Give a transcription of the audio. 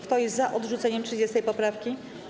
Kto jest za odrzuceniem 30. poprawki?